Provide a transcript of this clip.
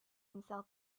himself